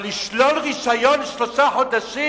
אבל לשלול רשיון לשלושה חודשים,